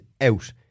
out